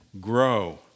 grow